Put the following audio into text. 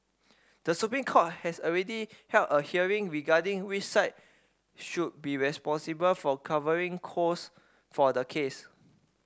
the Supreme Court has already held a hearing regarding which side should be responsible for covering cost for the case